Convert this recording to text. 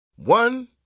One